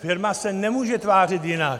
Firma se nemůže tvářit jinak.